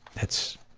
that's,